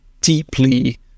deeply